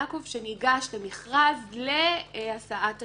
יעקב שניגש למכרז להסעת תלמידים.